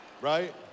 right